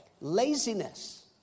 laziness